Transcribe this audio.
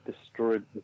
destroyed